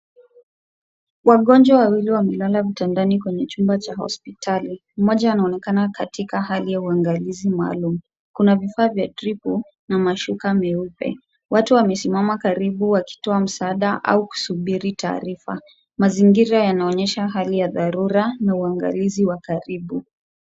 Wagonjwa wawili wamelala vitandani kwenye chumba cha hospitali. Mmoja anaonekana katika hali ya uangalizi maalum. Kuna vifaa vya tripo na mashuka meupe. Watu wamesimama karibu wakitoa msaada au kusubiri taarifa. Mazingira yanaonyesha hali ya dharura na uangalizi wa karibu.